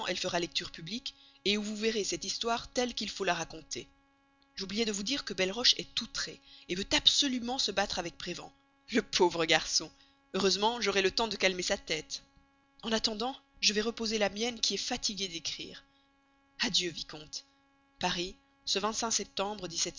publique où vous verrez cette histoire telle qu'il faut la raconter j'oubliais de vous dire que belleroche est outré veut absolument se battre avec prévan le pauvre garçon heureusement j'aurai le temps de calmer sa tête en attendant je vais reposer la mienne qui est fatiguée d'écrire adieu vicomte de ce